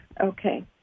Okay